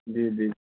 जी जी